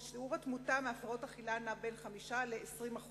ושיעור התמותה מהפרעות אכילה נע בין 5% ל-20%.